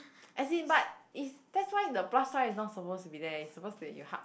as in but is that's why the plus sign not suppose to be there it's suppose to be at your heart